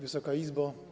Wysoka Izbo!